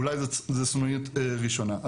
אולי זאת סנונית ראשונה.